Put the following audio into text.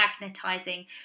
magnetizing